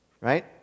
Right